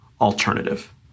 alternative